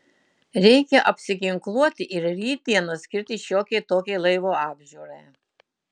reikia apsiginkluoti ir rytdieną skirti šiokiai tokiai laivo apžiūrai